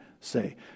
say